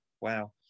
Wow